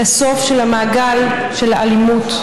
לסוף של מעגל האלימות.